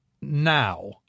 now